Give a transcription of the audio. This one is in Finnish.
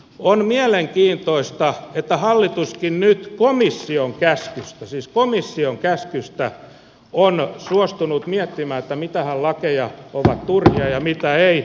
on mielenkiintoista että hallituskin nyt komission käskystä siis komission käskystä on suostunut miettimään mitkähän lait ovat turhia ja mitkä eivät